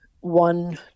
one